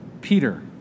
Peter